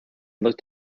looked